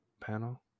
Panel